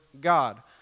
God